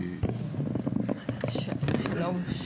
שלום.